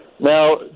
Now